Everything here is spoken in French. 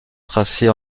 tracés